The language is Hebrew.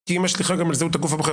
כי היא משליכה גם על זהות הגוף הבוחר.